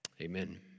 Amen